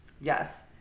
yes